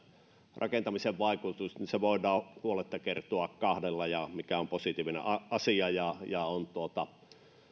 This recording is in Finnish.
rakentamisen vaikutus niin se voidaan huoletta kertoa kahdella mikä on positiivinen asia ja ja